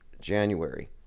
January